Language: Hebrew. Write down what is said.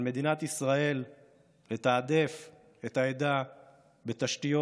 על מדינת ישראל לתעדף את העדה בתשתיות,